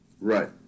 Right